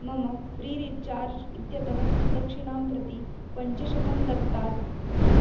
मम free recharge इत्यतः सुदक्षिणां प्रति पञ्चशतं दत्तात्